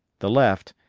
the left,